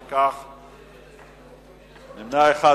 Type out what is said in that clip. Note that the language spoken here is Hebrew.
נמנעים,